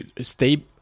stay